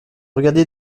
regardé